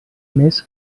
més